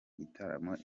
gitaramo